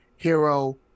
hero